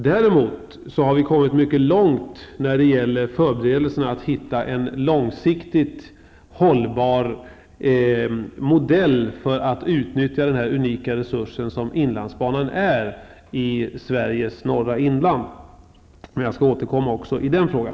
Däremot har vi kommit mycket långt när det gäller förberedelserna att hitta en långsiktigt hållbar modell för att utnyttja den unika resurs som inlandsbanan är i Sveriges norra inland. Men jag skall återkomma också i den frågan.